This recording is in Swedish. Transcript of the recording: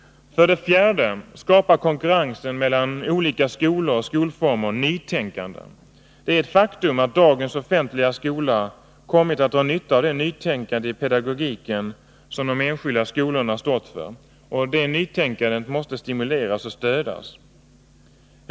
För det fjärde skapar konkurrensen mellan olika skolor och skolformer nytänkande. Det är ett faktum att dagens offentliga skola har kommit att dra nytta av det nytänkande i pedagogiken som de enskilda skolorna stått för. Det nytänkandet måste stimuleras och stödas.